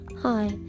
Hi